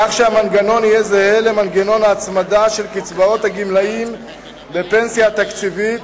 כך שהמנגנון יהא זהה למנגנון ההצמדה של קצבאות הגמלאים בפנסיה התקציבית,